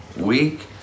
week